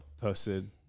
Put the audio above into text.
posted